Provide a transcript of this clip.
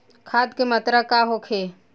खाध के मात्रा का होखे?